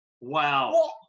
Wow